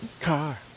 car